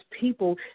people